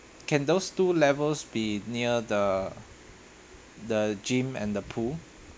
can those two levels be near the the gym and the pool